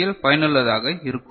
L பயனுள்ளதாக இருக்கும்